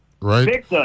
right